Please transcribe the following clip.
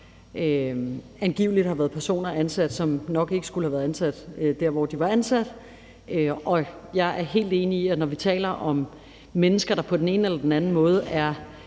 angiveligt har været personer ansat, som nok ikke skulle have været ansat der, hvor de var ansat, og jeg er helt enig i, at vi, når vi taler om mennesker, der på den ene eller den anden måde